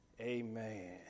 amen